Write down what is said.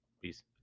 Please